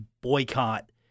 boycott